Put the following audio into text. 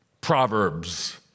Proverbs